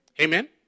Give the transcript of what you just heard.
Amen